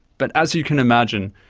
but as you can imagine,